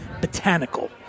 Botanical